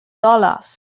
dollars